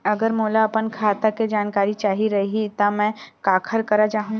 अगर मोला अपन खाता के जानकारी चाही रहि त मैं काखर करा जाहु?